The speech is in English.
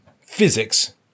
physics